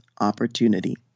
opportunity